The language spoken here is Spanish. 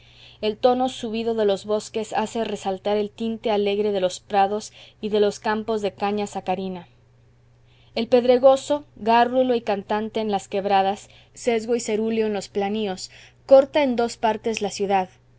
el tono subido de los bosques hace resaltar el tinte alegre de los prados y de los campos de caña sacarina el pedregoso gárrulo y cantante en las quebradas sesgo y cerúleo en los planíos corta en dos partes la ciudad